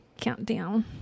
countdown